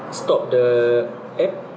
stop the app